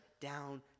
down